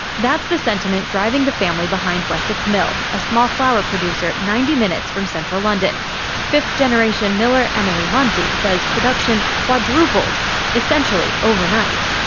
that's the sentiment driving the family behind wessex mill, a small flour producer ninety minutes from central london fifth-generation miller emily munsey, says production quadrupled basically overnight.